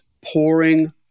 pouring